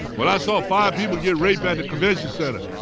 well, i saw five people get raped at the convention center.